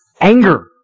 anger